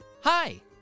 Hi